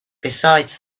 besides